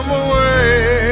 away